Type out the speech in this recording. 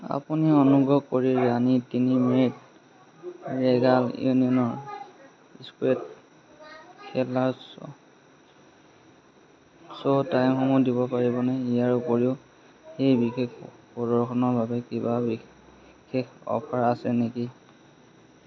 আপুনি অনুগ্ৰহ কৰি ৰাণীৰ তিনি মে'ত ৰেগাল ইউনিয়ন স্কোৱেৰত খেলাৰ শ্ব শ্ব টাইমসমূহ দিব পাৰিবনে ইয়াৰ উপৰিও সেই বিশেষ প্ৰদৰ্শনৰ বাবে কিবা বিশেষ অফাৰ আছে নেকি